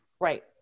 Right